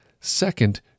Second